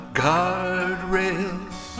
guardrails